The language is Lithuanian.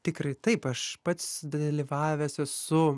tikrai taip aš pats dalyvavęs su